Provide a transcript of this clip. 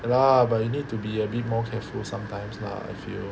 ya lah but you need to be a bit more careful sometimes lah I feel